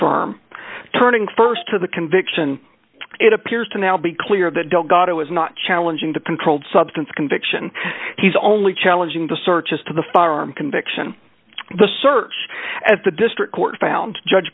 affirm turning st to the conviction it appears to now be clear that doug otto is not challenging the controlled substance conviction he's only challenging the searches to the firearm conviction the search as the district court found judge